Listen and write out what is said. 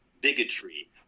bigotry